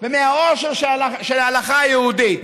ומהעושר של ההלכה היהודית.